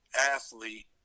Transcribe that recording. athlete